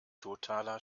totaler